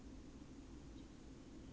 哪里会